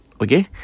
Okay